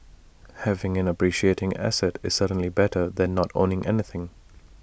having an appreciating asset is certainly better than not owning anything